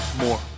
more